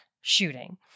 shooting